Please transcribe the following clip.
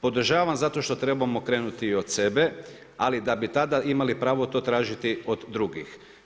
Podržavam zato što trebamo krenuti i od sebe, ali da bi tada imali pravo to tražiti od drugih.